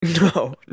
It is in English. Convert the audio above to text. No